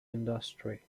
industry